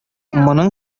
моның